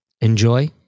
Enjoy